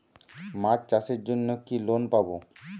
মাছ চাষের জন্য কি লোন পাব?